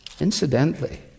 Incidentally